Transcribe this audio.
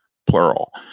plural.